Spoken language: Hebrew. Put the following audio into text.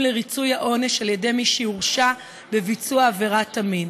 לריצוי העונש על ידי מי שהורשע בביצוע עבירת המין.